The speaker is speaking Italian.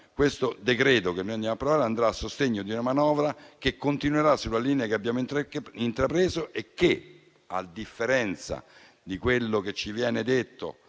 Il provvedimento che ci accingiamo ad approvare andrà a sostegno di una manovra che continuerà sulla linea che abbiamo intrapreso e, a differenza di quello che ci viene detto,